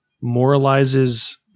moralizes